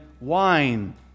wine